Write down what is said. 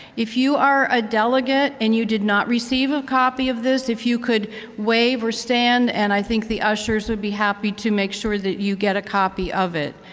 if you are a delegate and you did not receive a copy of this, if you could wave or stand, and i think the ushers would be happy to make sure that you get a copy of it